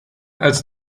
als